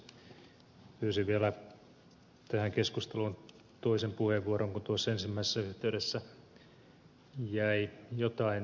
pyysin vielä tähän keskusteluun toisen puheenvuoron kun tuossa ensimmäisessä yhteydessä jäi jotain sanomatta